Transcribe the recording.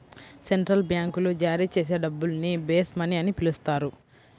central బ్యాంకులు జారీ చేసే డబ్బుల్ని బేస్ మనీ అని పిలుస్తారు